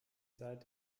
seit